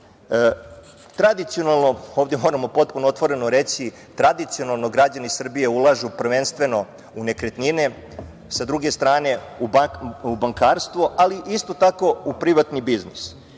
Tradicionalno, ovde moramo potpuno otvoreno reći, tradicionalno građani Srbije ulažu prvenstveno u nekretnine, sa druge strane u bankarstvo, ali isto tako u privatni biznis.